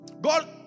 God